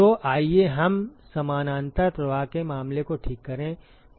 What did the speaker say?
तो आइए हम समानांतर प्रवाह के मामले को ठीक करें